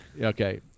okay